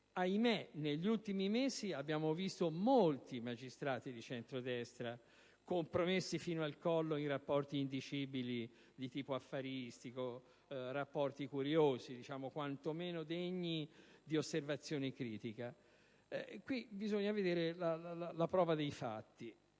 negli ultimi mesi abbiamo visto molti magistrati di centrodestra compromessi fino al collo in rapporti indicibili di tipo affaristico, rapporti curiosi o quanto meno degni di osservazione critica. Bisogna quindi vedere la prova dei fatti.